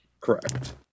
Correct